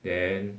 then